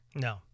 No